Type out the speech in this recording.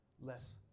less